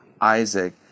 Isaac